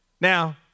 Now